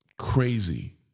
crazy